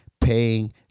paying